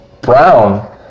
brown